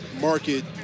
market